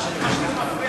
עם כל הכבוד,